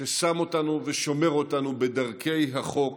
ששם אותנו ושומר אותנו בדרכי החוק,